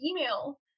email